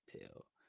tell